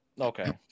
Okay